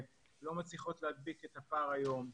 וגם הן לא מצליחות להדביק את הפער היום.